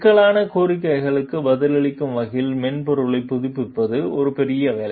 சிக்கலான கோரிக்கைகளுக்கு பதிலளிக்கும் வகையில் மென்பொருளைப் புதுப்பிப்பது ஒரு பெரிய வேலை